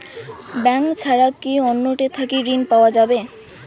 Bank ছাড়া কি অন্য টে থাকি ঋণ পাওয়া যাবে?